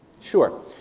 Sure